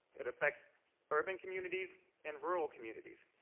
it affects urban communities and rural communities.